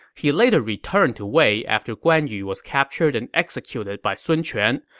he later returned to wei after guan yu was captured and executed by sun quan,